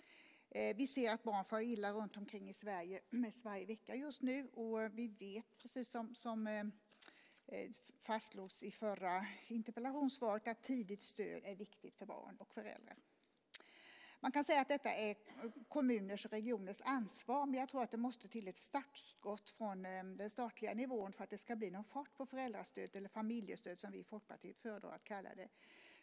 Vi ser just nu att barn far illa mest varje vecka i Sverige. Vi vet, precis som fastslogs i det förra interpellationssvaret, att ett tidigt stöd är viktigt för barn och föräldrar. Man kan säga att det är kommunernas och regionernas ansvar, men jag tror att det måste till ett startskott från statlig nivå för att det ska bli någon fart på föräldrastödet - eller familjestödet, som vi i Folkpartiet föredrar att kalla det.